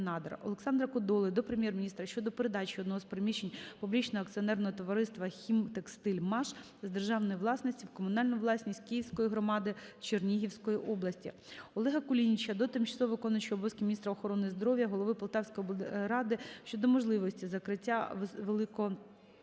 Олександра Кодоли до Прем'єр-міністра щодо передачі одного з приміщень Публічного акціонерного товариства "Хімтекстильмаш" з державної власності у комунальну власність Киїнської громади Чернігівської області. Олега Кулініча до тимчасово виконуючої обов'язки Міністра охорони здоров'я, голови Полтавської обласної ради щодо можливості закриття